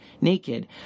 naked